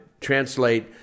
translate